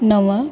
नव